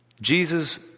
Jesus